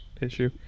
issue